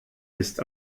ist